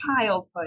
childhood